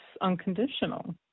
unconditional